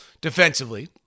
defensively